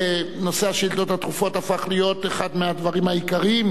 נושא השאילתות הדחופות הפך להיות אחד מהדברים העיקריים,